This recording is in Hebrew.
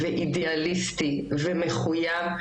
אידיאליסטי ומחויב,